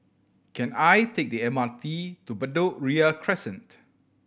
can I take the M R T to Bedok Ria Crescent